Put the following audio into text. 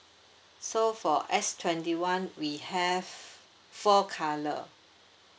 so for S twenty one we have four colour